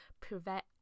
prevent